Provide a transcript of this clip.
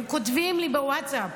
הם כותבים לי בווטסאפ: